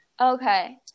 Okay